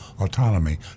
autonomy